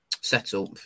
setup